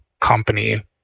company